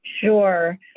Sure